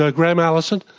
ah graham allison.